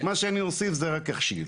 מה שאני אוסיף זה רק יכשיל.